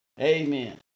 Amen